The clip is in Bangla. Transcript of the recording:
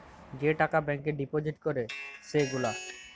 যে টাকা ব্যাংকে ডিপজিট ক্যরে সে গুলা